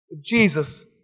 Jesus